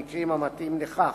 במקרים המתאימים לכך,